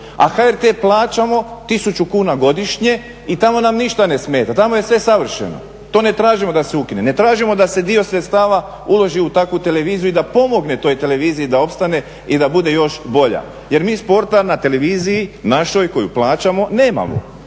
A HRT plaćamo tisuću kuna godišnje i tamo nam ništa ne smeta, tamo je sve savršeno, to ne tražimo da se ukine. Ne tražimo da se dio sredstava uloži u takvu televiziju i da pomogne toj televiziji da opstane i da bude još bolja. Jer mi sporta na televiziji našoj koju plaćamo nemamo